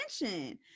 attention